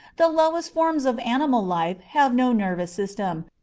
the lowest forms of animal life have no nervous system,